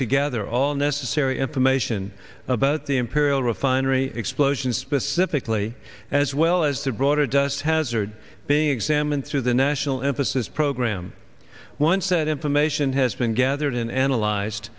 gather all necessary information about the imperial refinery explosion specifically as well as the broader dust hazard being examined through the national emphasis program once that information has been gathered and analyze